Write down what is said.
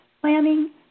planning